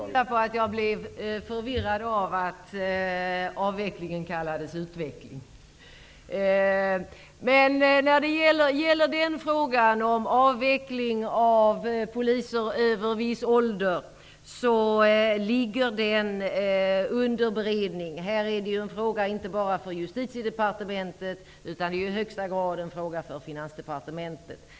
Herr talman! Jag får skylla min förvirring på att Frågan om avveckling av poliser över viss ålder är under beredning. Det är inte bara en fråga för Justitiedepartementet, utan det är i högsta grad en fråga för Finansdepartementet.